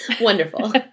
Wonderful